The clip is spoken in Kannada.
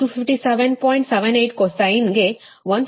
78 cosine 152